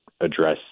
address